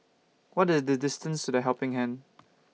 What IS The distance to The Helping Hand